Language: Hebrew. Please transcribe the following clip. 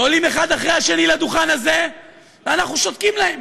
ועולים אחד אחרי השני לדוכן הזה ואנחנו שותקים להם.